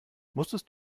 musstest